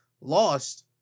lost